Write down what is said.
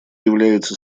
является